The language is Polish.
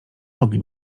mogli